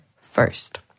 first